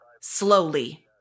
Slowly